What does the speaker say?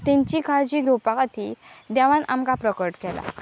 तेंची काळजी घेवपा खातीर देवान आमकां प्रकट केलां